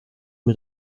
mit